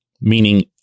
meaning